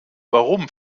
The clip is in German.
warum